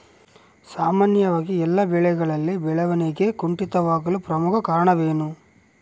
ಸಾಮಾನ್ಯವಾಗಿ ಎಲ್ಲ ಬೆಳೆಗಳಲ್ಲಿ ಬೆಳವಣಿಗೆ ಕುಂಠಿತವಾಗಲು ಪ್ರಮುಖ ಕಾರಣವೇನು?